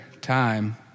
time